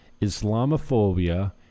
Islamophobia